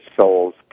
soul's